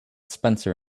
spencer